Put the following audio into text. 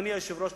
אדוני היושב-ראש,